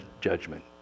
judgment